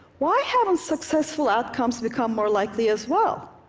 why haven't successful outcomes become more likely as well?